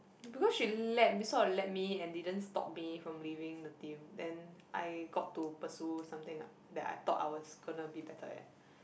because she let sort of let me and didn't stop me from leaving the team then I got to pursue something that I thought I was gonna be better at